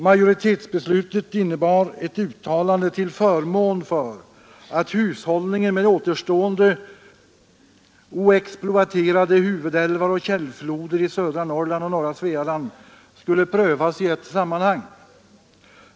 Majoritetsbeslutet innebar ett uttalande till förmån för att hushållningen med återstående oexploaterade huvudälvar och källfloder i södra Norrland och norra Svealand skulle prövas i ett sammanhang.